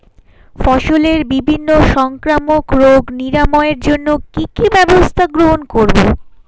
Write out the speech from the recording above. ফসলের বিভিন্ন সংক্রামক রোগ নিরাময়ের জন্য কি কি ব্যবস্থা গ্রহণ করব?